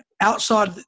outside